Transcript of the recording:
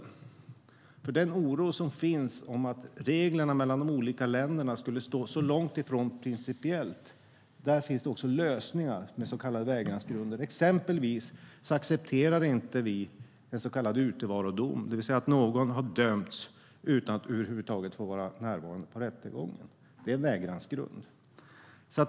Beträffande den oro för att reglerna i de olika länderna skulle vara långt från varandra principiellt finns det lösningar med så kallade vägransgrunder. Exempelvis accepterar vi inte en så kallad utevarodom, det vill säga att någon har dömts utan att över huvud taget ha fått närvara vid rättegången. Det är en vägransgrund.